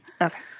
Okay